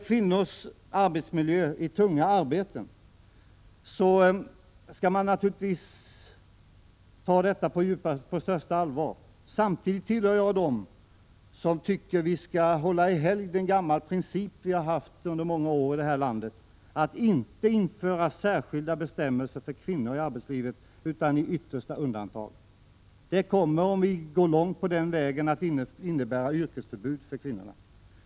Kvinnors arbetsmiljö i tunga arbeten är någonting som man naturligtvis skall ta på största allvar. Samtidigt tillhör jag dem som tycker att vi skall hålla i helgd en gammal princip som vi har haft under många år här i landet, att inte införa särskilda bestämmelser för kvinnor i arbetslivet, utom i yttersta undantagsfall. Om vi går långt på den vägen, kommer det att innebära yrkesförbud för kvinnorna.